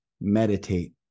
meditate